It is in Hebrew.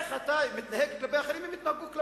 איך שאתה מתנהג כלפי אחרים, כך הם יתנהגו כלפיך.